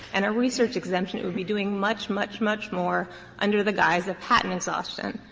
and a research exemption, it would be doing much, much, much more under the guise of patent exhaustion.